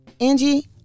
Angie